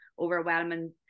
overwhelming